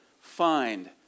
find